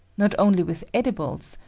not only with edibles,